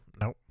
nope